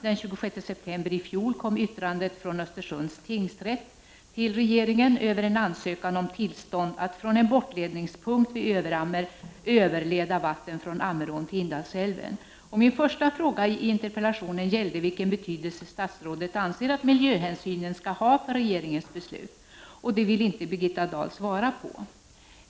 Den 26 september i fjol kom yttrandet från Östersunds tingsrätt till regeringen över en ansökan om tillstånd att från en bortledningspunkt vid Överammer överleda vatten från Ammerån till Indalsälven. Min första fråga i interpellationen gällde vilken betydelse statsrådet anser att miljöhänsynen skall ha för regeringens beslut. Det vill Birgitta Dahl inte svara på.